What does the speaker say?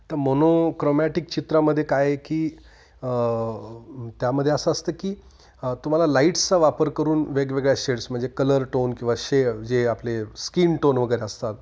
तर मोनोक्रोमॅटिक चित्रामध्ये काय आहे की त्यामध्ये असं असतं की तुम्हाला लाईट्चा वापर करून वेगवेगळ्या शेड्स म्हणजे कलर टोन किंवा शे जे आपले स्कीन टोन वगैरे असतात